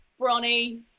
Bronny